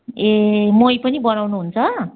ए मही पनि बनाउनु हुन्छ